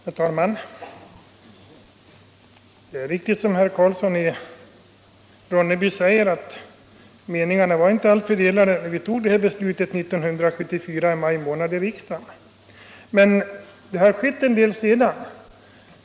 Herr talman! Det är riktigt som herr Karlsson i Ronneby säger att meningarna inte var delade när riksdagen tog beslutet i maj månad 1974. Men det har skett en del sedan dess.